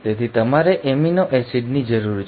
તેથી તમારે એમિનો એસિડની જરૂર છે